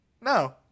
No